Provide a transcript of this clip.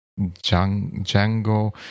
Django